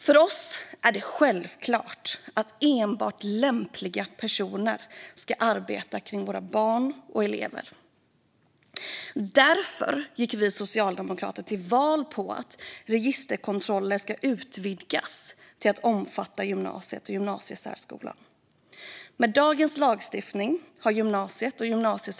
Med dagens lagstiftning är gymnasiet och gymnasiesärskolan undantagna från denna registerkontroll, som är obligatorisk för övriga skolväsendet. För oss socialdemokrater är det självklart att enbart lämpliga personer ska arbeta kring våra barn och elever.